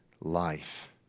life